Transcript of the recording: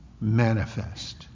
Manifest